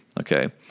Okay